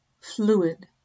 fluid